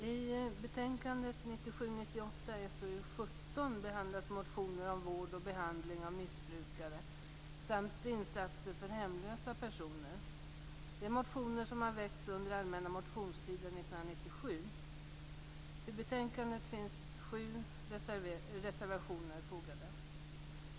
Fru talman! I betänkande 1997/98:SoU17 behandlas motioner om vård och behandling av missbrukare samt insatser för hemlösa personer. Motionerna har väckts under den allmänna motionstiden 1997. Till betänkandet finns sju reservationer fogade.